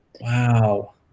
Wow